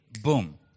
boom